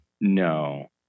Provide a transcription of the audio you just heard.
No